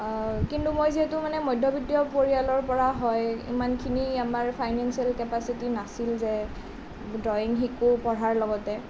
কিন্তু মই যিহেতু মানে মধ্যবিত্ত পৰিয়ালৰ পৰা হয় ইমানখিনি আমাৰ ফাইনেঞ্চিয়েল কেপাচিটি নাছিল যে ড্ৰয়িং শিকো পঢ়াৰ লগতে